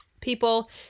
people